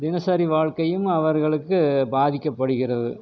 தினசரி வாழ்க்கையும் அவர்களுக்கு பாதிக்கப்படுகிறது